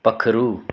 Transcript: पक्खरू